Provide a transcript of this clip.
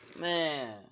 man